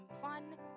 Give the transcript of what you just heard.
fun